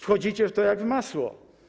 Wchodzicie w to jak w masło.